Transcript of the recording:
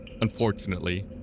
unfortunately